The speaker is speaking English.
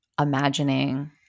imagining